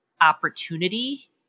opportunity